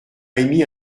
émis